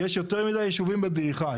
יש יותר מידי ישובים בדעיכה.